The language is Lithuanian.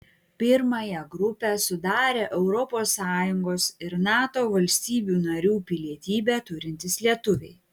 pirmąją grupę sudarę europos sąjungos ir nato valstybių narių pilietybę turintys lietuviai